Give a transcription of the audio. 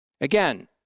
Again